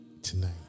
tonight